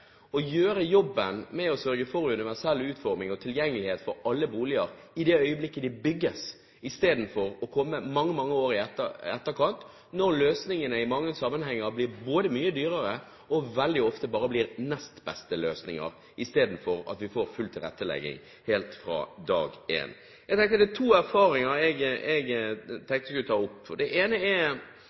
å ta jobben med å sørge for universell utforming og tilgjengelighet for alle boliger i det øyeblikket de bygges, istedenfor å komme mange, mange år i etterkant når løsningene i mange sammenhenger blir mye dyrere og veldig ofte bare blir nest beste løsning, istedenfor at vi får full tilrettelegging helt fra dag én. Det er to erfaringer jeg tenkte jeg skulle ta opp. Det ene er